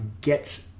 get